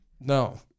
No